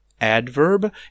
Adverb